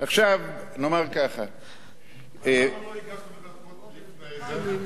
אבל למה לא הגשתם את החוק לפני זה?